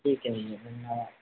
ठीक है भैया धन्यवाद